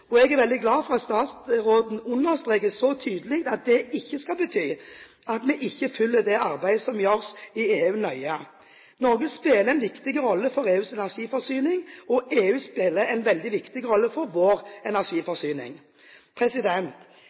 Og jeg er veldig glad for at statsråden understreker så tydelig at det ikke skal bety at vi ikke følger det arbeidet som gjøres i EU, nøye. Norge spiller en viktig rolle for EUs energiforsyning, og EU spiller en veldig viktig rolle for vår energiforsyning.